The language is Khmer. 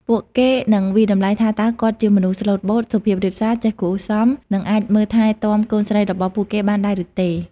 ពួកគេនឹងវាយតម្លៃថាតើគាត់ជាមនុស្សស្លូតបូត សុភាពរាបសា ចេះគួរសម និងអាចមើលថែទាំកូនស្រីរបស់ពួកគេបានដែរឬទេ។